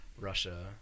Russia